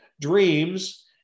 Dreams